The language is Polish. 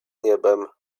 niebem